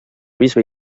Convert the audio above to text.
bisbe